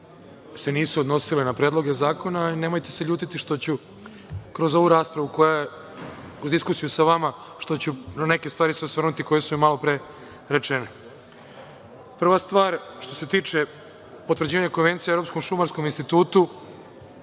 se nisu odnosile na predloge zakona, ali nemojte se ljutiti što ću kroz ovu raspravu koja je, kroz diskusiju sa vama, što ću na neke stvari se osvrnuti koje su malopre rečene. Prva stvar, što se tiče potvrđivanja Konvencije o Evropskom šumarskom institutu,